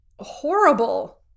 horrible